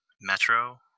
Metro